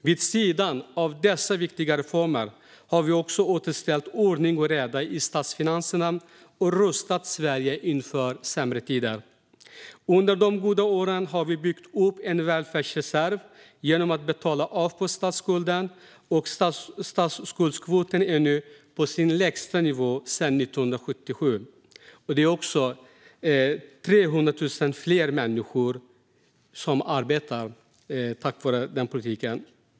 Vid sidan av dessa viktiga reformer har vi återställt ordning och reda i statsfinanserna och rustat Sverige inför sämre tider. Under de goda åren har vi byggt upp en välfärdsreserv genom att betala av på statsskulden, och statsskuldskvoten är nu på sin lägsta nivå sedan 1977. Det är 300 000 fler människor som arbetar tack vare denna politik.